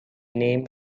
name